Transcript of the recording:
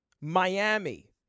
Miami